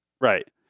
Right